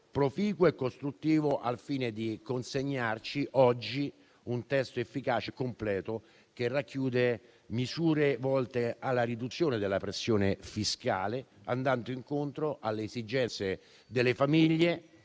proficuo e costruttivo, al fine di consegnarci oggi un testo efficace e completo, che racchiude misure volte alla riduzione della pressione fiscale, andando incontro alle esigenze delle famiglie,